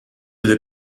n’est